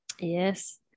Yes